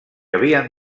havien